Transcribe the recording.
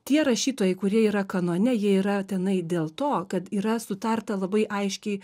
tie rašytojai kurie yra kanone jie yra tenai dėl to kad yra sutarta labai aiškiai